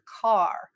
car